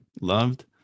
loved